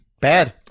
bad